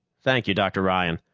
thank you, dr. ryan.